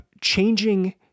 changing